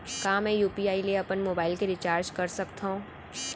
का मैं यू.पी.आई ले अपन मोबाइल के रिचार्ज कर सकथव?